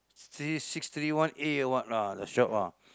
street six three one A or what lah the shop lah